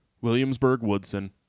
Williamsburg-Woodson